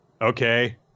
okay